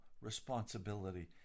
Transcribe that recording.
responsibility